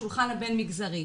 השולחן הבין-מגזרי.